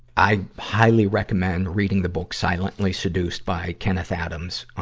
i highly recommend reading the book, silently seduced, by kenneth adams, um,